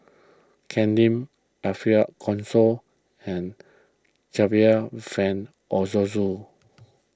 Ken Lim Ariff Bongso and Percival Frank Aroozoo